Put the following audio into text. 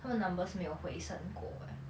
他们 numbers 没有回升过 eh